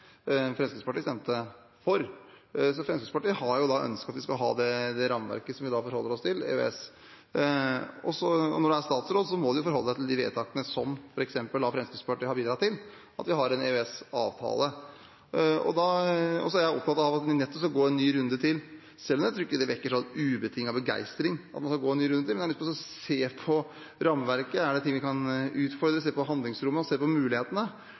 Fremskrittspartiet stemte for, så Fremskrittspartiet har jo da ønsket at vi skal ha det rammeverket vi forholder oss til: EØS. Når man er statsråd, må man forholde seg til de vedtakene som f.eks. Fremskrittspartiet har bidratt til, og at vi har en EØS-avtale. Jeg er opptatt av at vi skal gå en runde til. Selv om jeg ikke tror det vekker ubetinget begeistring at man skal gå en runde til, har jeg lyst til å se på rammeverket, se om det er ting vi kan utfordre, se på handlingsrommet og se på mulighetene.